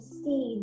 see